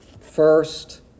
first